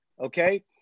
okay